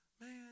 man